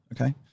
okay